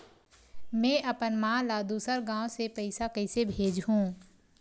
में अपन मा ला दुसर गांव से पईसा कइसे भेजहु?